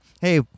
Hey